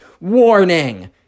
warning